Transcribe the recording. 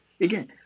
Again